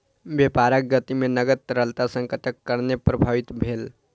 व्यापारक गति में नकद तरलता संकटक कारणेँ प्रभावित भेल